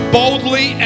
boldly